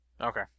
Okay